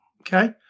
Okay